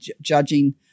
judging